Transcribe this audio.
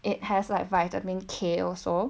it has like vitamin k also